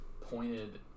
pointed